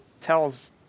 tells